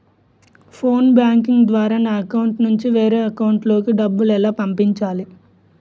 Phone banking ద్వారా నా account నుంచి వేరే అకౌంట్ లోకి డబ్బులు ఎలా పంపించాలి?